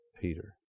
Peter